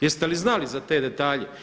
Jeste li znali za te detalje?